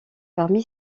parmi